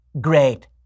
Great